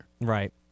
Right